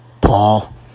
Paul